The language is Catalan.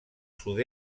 sud